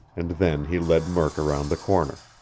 and then he led murk around the corner.